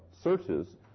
searches